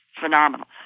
Phenomenal